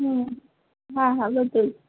હમ્મ હા હા બધું જ